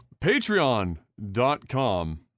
Patreon.com